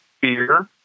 fear